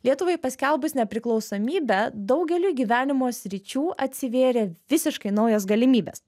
lietuvai paskelbus nepriklausomybę daugeliui gyvenimo sričių atsivėrė visiškai naujos galimybės